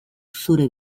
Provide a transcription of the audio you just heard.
zure